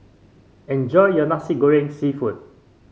enjoy your Nasi Goreng seafood